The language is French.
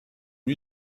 une